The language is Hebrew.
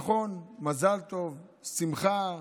נכון, מזל טוב, זאת שמחה,